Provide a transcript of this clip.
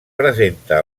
presenta